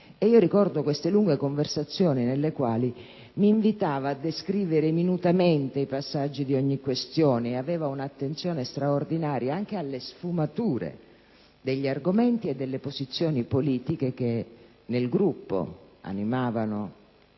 Io ricordo queste lunghe conversazioni nelle quali mi invitava a descrivere minutamente i passaggi di ogni questione e aveva un'attenzione straordinaria anche alle sfumature degli argomenti e delle posizioni politiche che nel Gruppo e nella